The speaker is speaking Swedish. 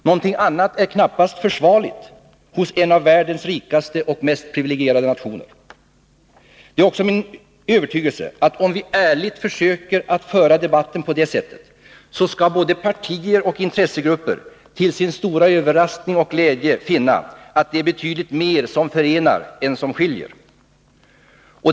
Någonting annat är knappast försvarligt hos en av världens rikaste och mest privilegierade nationer. Det är också min övertygelse att om vi ärligt försöker att föra debatten på det sättet, så skall både partier och intressegrupper till sin stora överraskning och glädje finna att det är betydligt mer som förenar än som skiljer.